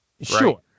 Sure